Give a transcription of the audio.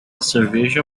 cerveja